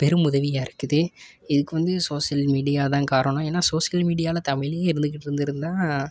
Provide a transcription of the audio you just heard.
பெரும் உதவியாக இருக்குது இதுக்கு வந்து சோசியல் மீடியா தான் காரணம் ஏன்னால் சோசியல் மீடியாவில் தமிழ்லயே இருந்துகிட்டிருந்துருந்தா